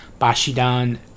bashidan